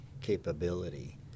capability